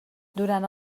durant